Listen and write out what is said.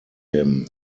him